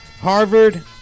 Harvard